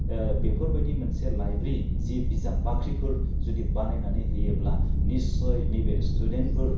बेफोरबायदि मोनसे लाइब्रि जि बिजाब बाख्रिफोर जुदि बानायनानै होयोब्ला निसय नैबे स्टुडेन्टफोर